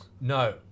No